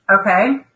Okay